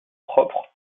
propre